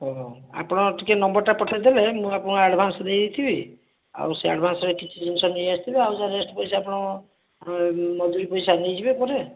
ଆପଣ ଟିକିଏ ନମ୍ବର୍ ଟା ପଠେଇଦେବେ ମୁଁ ଆପଣଙ୍କୁ ଆଡ଼ଭାନ୍ସ ଦେଇ ଦେଇଥିବି ଆଉ ସେଇ ଆଡ଼ଭାନ୍ସରେ କିଛି ଜିନିଷ ନେଇ ଆସିଥିବେ ଆଉ ଯାହା ରେଷ୍ଟ୍ ପଇସା ଆପଣ ମଜୁରୀ ପଇସା ନେଇଯିବେ ପରେ